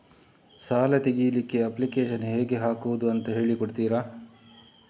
ಸಾಲ ತೆಗಿಲಿಕ್ಕೆ ಅಪ್ಲಿಕೇಶನ್ ಹೇಗೆ ಹಾಕುದು ಅಂತ ಹೇಳಿಕೊಡ್ತೀರಾ?